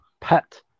pet